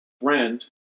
friend